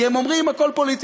כי הם אומרים: הכול פוליטיקה.